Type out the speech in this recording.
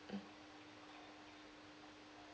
mm